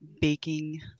baking